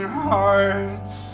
hearts